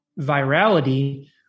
virality